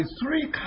three